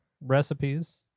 recipes